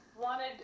wanted